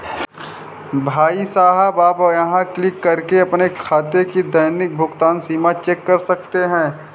भाई साहब आप यहाँ क्लिक करके अपने खाते की दैनिक भुगतान सीमा चेक कर सकते हैं